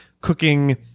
cooking